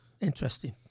interesting